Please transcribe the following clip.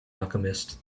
alchemist